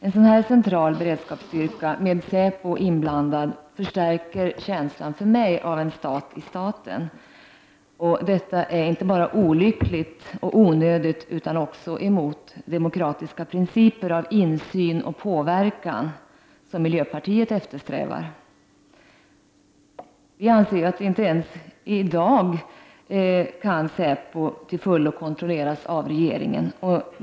En sådan central beredskapsstyrka med säpo inblandad förstärker för mig känslan av en stat i staten. Detta är inte bara olyckligt och onödigt utan också mot de demokratiska principer när det gäller insyn och påverkan som miljöpartiet eftersträvar. Vi anser att inte ens i dag kan säpo till fullo kontrolleras av regeringen.